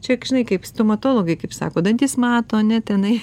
čia žinai kaip stomatologai kaip sako dantis mato ne tenai